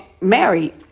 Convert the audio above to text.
married